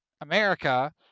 america